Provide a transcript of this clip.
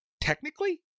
technically